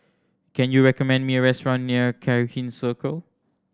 can you recommend me a restaurant near Cairnhill Circle